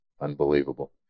Unbelievable